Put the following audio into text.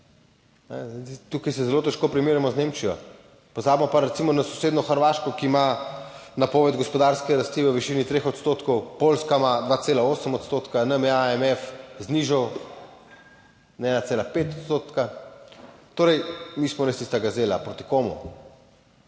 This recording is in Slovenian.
Tukaj se zelo težko primerjamo z Nemčijo, pozabimo pa recimo na sosednjo Hrvaško, ki ima napoved gospodarske rasti v višini 3 odstotkov, Poljska ima 2,8 odstotka, nam je IMF znižal na 1,5 odstotka. Torej mi smo res tista gazela proti komu?